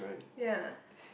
ya